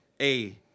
A-